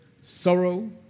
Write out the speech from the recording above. sorrow